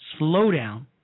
slowdown